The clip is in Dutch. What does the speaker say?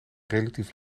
relatief